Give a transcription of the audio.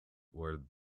where